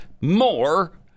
more